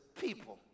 people